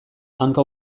hanka